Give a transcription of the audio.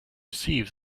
sieves